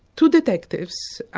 two detectives,